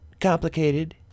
complicated